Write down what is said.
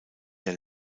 der